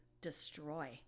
destroy